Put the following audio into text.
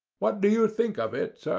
what do you think of it, sir?